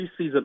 preseason